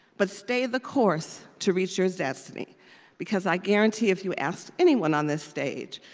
but stay the course to reach your destiny because i guarantee if you asked anyone on this stage,